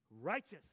Righteous